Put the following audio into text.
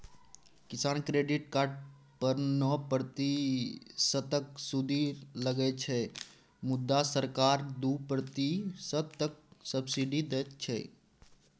किसान credit card पर नौ प्रतिशतक सुदि लगै छै मुदा सरकार दु प्रतिशतक सब्सिडी दैत छै